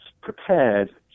prepared